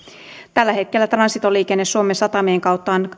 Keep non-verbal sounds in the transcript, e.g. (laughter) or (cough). tällä hetkellä transitoliikenne suomen satamien kautta on (unintelligible)